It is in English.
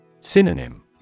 Synonym